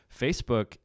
Facebook